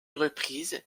reprise